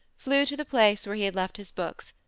flew to the place where he had left his books,